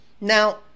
Now